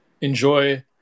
enjoy